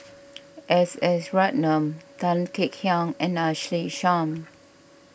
S S Ratnam Tan Kek Hiang and Ashley Isham